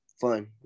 fun